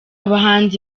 bahanzi